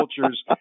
cultures